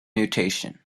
mutation